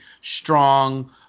strong